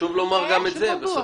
חשוב לומר גם את זה.